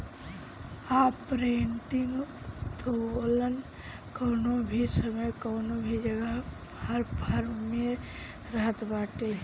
operating उत्तोलन कवनो भी समय कवनो भी जगह हर फर्म में रहत बाटे